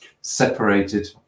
separated